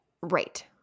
Right